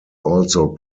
also